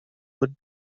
would